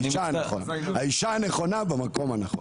האישה הנכונה במקום הנכון.